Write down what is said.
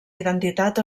identitat